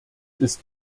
ist